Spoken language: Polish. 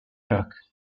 brak